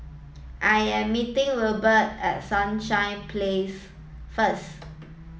I am meeting Wilbert at Sunshine Place first